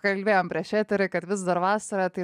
kalbėjom prieš eterį kad vis dar vasara tai